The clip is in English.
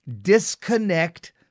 disconnect